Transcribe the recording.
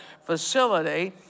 facility